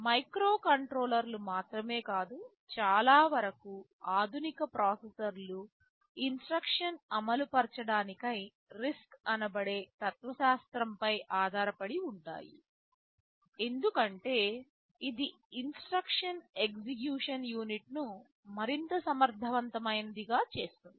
మైక్రోకంట్రోలర్లు మాత్రమే కాదు చాలా వరకు ఆధునిక ప్రాసెసర్లు ఇన్స్ట్రక్షన్స్ అమలు పరచడానకై RISC అనబడే తత్వశాస్త్రంపై ఆధారపడి ఉంటాయి ఎందుకంటే ఇది ఇన్స్ట్రక్షన్ ఎగ్జిక్యూషన్ యూనిట్ ను మరింత సమర్థవంతమైనది గా చేస్తుంది